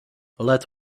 let